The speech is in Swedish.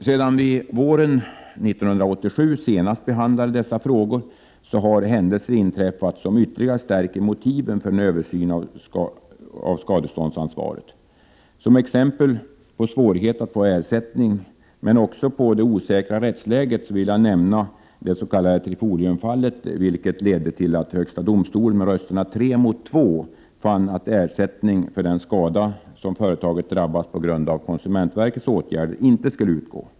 Sedan vi våren 1987 senast behandlade dessa frågor har händelser inträffat som ytterligare stärker motiven för att en översyn av skadeståndsansvaret skall göras. Som exempel på svårighet att få ersättning, men också på det osäkra rättsläget, vill jag nämna det s.k. Trifoliumfallet. I det fallet fann högsta domstolen med rösterna 3 mot 2 att ersättning för den skada som företaget drabbats av på grund av konsumentverkets åtgärder inte skulle utgå.